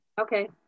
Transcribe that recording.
okay